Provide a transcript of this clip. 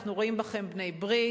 אנחנו רואים בכם בעלי-ברית,